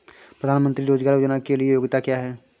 प्रधानमंत्री रोज़गार योजना के लिए योग्यता क्या है?